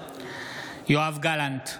יואב גלנט,